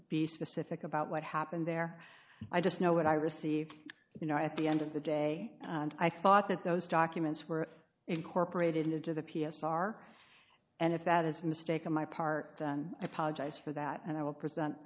be specific about what happened there i just know what i received you know at the end of the day and i thought that those documents were incorporated into the p s r and if that is a mistake on my part and i apologize for that and i will present